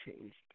changed